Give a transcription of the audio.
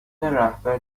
رهبر